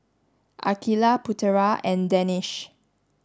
Aqilah Putera and Danish